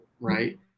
right